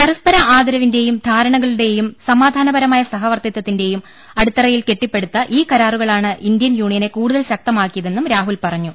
പരസ്പര ആദരവിന്റെയും ധാരണകളുടെയും സമാധാനപരമായ സഹവർത്തിത്വത്തിന്റെയും അടിത്തറയിൽ കെട്ടിപ്പടുത്ത ഈ കരാ റുകളാണ് ഇന്ത്യൻ യൂണിയനെ കൂടുതൽ ശക്തമാക്കിയതെന്നും രാഹുൽ പറഞ്ഞു